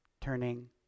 turning